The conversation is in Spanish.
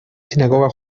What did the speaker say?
sinagoga